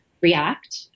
react